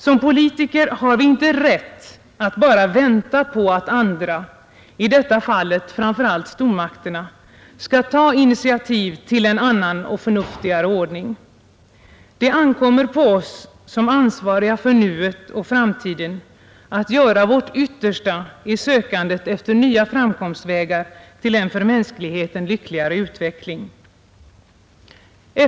Som politiker har vi inte rätt att bara vänta på att andra — i detta fall framför allt stormakterna — skall ta initiativ till en annan och förnuftigare ordning. Det ankommer på oss som ansvariga för nuet och framtiden att göra vårt yttersta i sökandet efter nya framkomsStvägar till en för mänskligheten lyckligare utveckling.